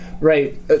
right